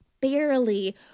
barely